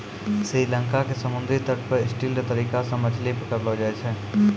श्री लंका के समुद्री तट पर स्टिल्ट तरीका सॅ मछली पकड़लो जाय छै